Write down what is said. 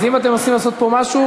אז אם אתם מנסים לעשות פה משהו,